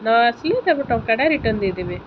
ନ ଆସିଲେ ତାଙ୍କୁ ଟଙ୍କାଟା ରିଟର୍ଣ୍ଣ ଦେଇଦେବେ